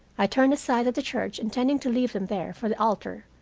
i turned aside at the church intending to leave them there for the altar.